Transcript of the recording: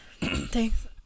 thanks